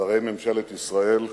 שרי ממשלת ישראל,